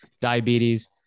diabetes